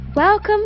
Welcome